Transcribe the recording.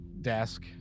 desk